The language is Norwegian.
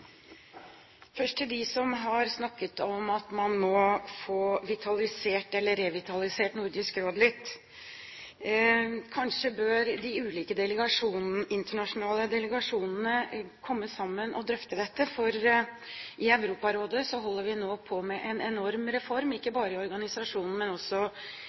Først til dem som har snakket om at man må få revitalisert Nordisk Råd. Kanskje bør de ulike internasjonale delegasjonene komme sammen og drøfte dette. I Europarådet holder vi nå på med en enorm reform, ikke bare i organisasjonen. Også